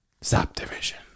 Subdivision